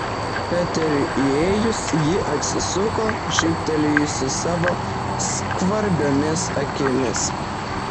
peteriui įėjus ji atsisuko žybtelėjusi savo skvarbiomis akimis